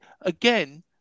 again